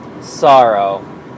sorrow